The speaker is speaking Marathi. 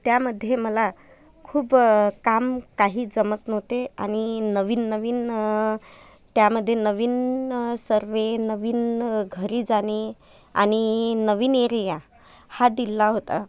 त्या मध्ये मला खूप काम काही जमत नव्हते आणि नवीन नवीन त्या मध्ये नवीन सर्व्हे नवीन घरी जाणे आणि नवीन एरिया हा दिला होता